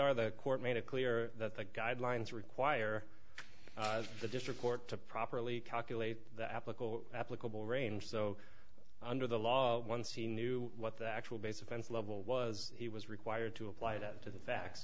are the court made it clear that the guidelines require the district court to properly calculate the applicable applicable range so under the law once he knew what the actual base offense level was he was required to apply that to the facts